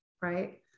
right